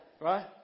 Right